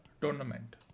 tournament